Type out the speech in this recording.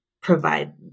provide